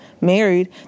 married